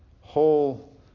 whole